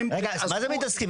מה זה מתעסקים?